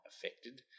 affected